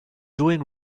doing